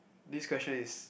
this question is